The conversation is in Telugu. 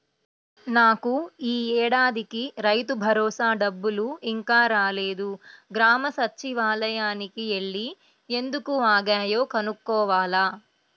నాకు యీ ఏడాదికి రైతుభరోసా డబ్బులు ఇంకా రాలేదు, గ్రామ సచ్చివాలయానికి యెల్లి ఎందుకు ఆగాయో కనుక్కోవాల